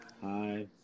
Hi